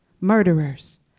Murderers